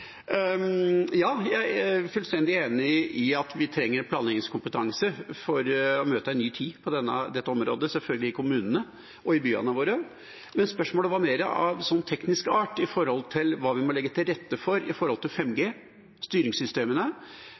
fullstendig enig i at vi selvfølgelig trenger planleggingskompetanse i kommunene og byene våre for å møte en ny tid på dette området. Men spørsmålet var mer av teknisk art med tanke på hva vi må legge til rette for når det gjelder 5G, styringssystemene, og om det trengs andre systemer for å få dette til,